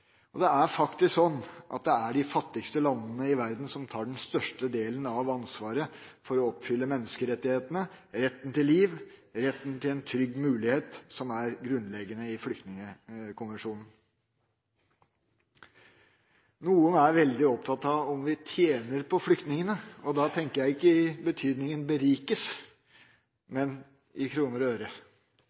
og det er faktisk slik at det er de fattigste landene i verden som tar den største delen av ansvaret for å oppfylle menneskerettighetene, retten til liv og retten til en trygg mulighet, som er grunnleggende i Flyktningkonvensjonen. Noen er veldig opptatt av om vi tjener på flyktningene. Da tenker jeg ikke i betydningen berikes, men i kroner og øre.